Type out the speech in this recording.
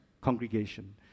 congregation